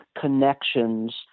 connections